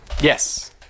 Yes